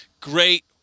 great